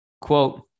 quote